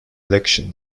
election